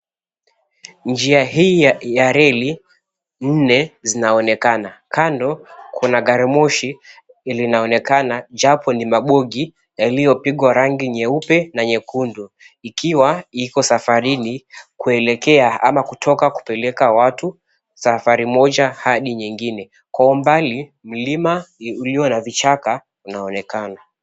Njia hii ya reli nne zinaonekana. Kando kuna gari moshi linaonekana japo ni mabogi yaliyopigwa rangi nyeupe na nyekundu ikiwa iko safarini kuelekea ama kutoka kupeleka watu safari moja hadi nyingine. Kwa umbali, mlima uliyo na vichaka unaonekana.